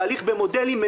תהליך במודלים,